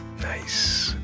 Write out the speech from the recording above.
Nice